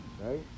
right